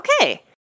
Okay